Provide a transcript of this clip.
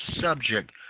subject